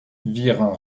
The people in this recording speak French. virent